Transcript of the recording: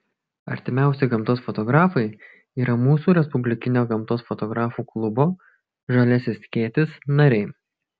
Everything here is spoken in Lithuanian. artimiausi gamtos fotografai yra mūsų respublikinio gamtos fotografų klubo žalias skėtis nariai